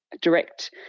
direct